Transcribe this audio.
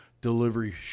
delivery